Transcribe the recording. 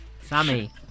Sammy